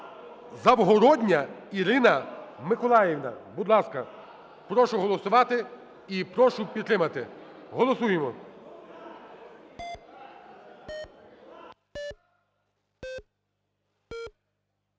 Завгородня Ірина Миколаївна. Будь ласка, прошу голосувати і прошу підтримати. Голосуємо.